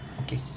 okay